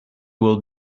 will